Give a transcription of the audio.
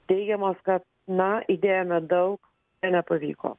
teigiamos kad na įdėjome daug ir nepavyko